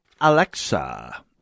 Alexa